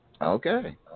Okay